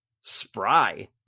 spry